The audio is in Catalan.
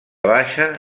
baixa